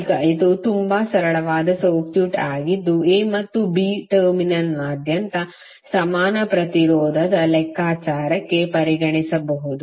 ಈಗ ಇದು ತುಂಬಾ ಸರಳವಾದ ಸರ್ಕ್ಯೂಟ್ ಆಗಿದ್ದು A ಮತ್ತು B ಟರ್ಮಿನಲ್ನಾದ್ಯಂತ ಸಮಾನ ಪ್ರತಿರೋಧದ ಲೆಕ್ಕಾಚಾರಕ್ಕೆ ಪರಿಗಣಿಸಬಹುದು